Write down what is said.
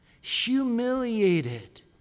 humiliated